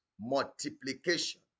multiplication